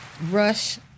rush